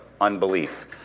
unbelief